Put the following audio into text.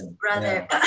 brother